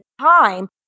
time